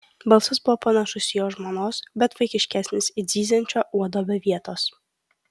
balsas buvo panašus į jo žmonos bet vaikiškesnis it zyziančio uodo be vietos